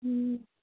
ਹਮ